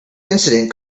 incident